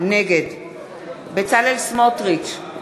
נגד בצלאל סמוטריץ,